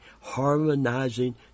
harmonizing